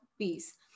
peace